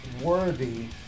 worthy